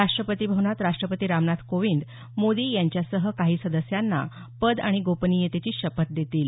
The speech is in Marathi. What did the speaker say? राष्ट्रपती भवनात राष्ट्रपती रामनाथ कोविंद मोदी यांच्यासह काही सदस्यांना पद आणि गोपनियतेची शपथ देतील